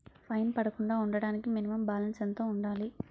Fine పడకుండా ఉండటానికి minimum balance ఎంత ఉండాలి?